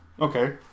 Okay